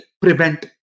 prevent